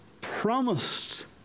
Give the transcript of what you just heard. promised